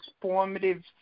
formative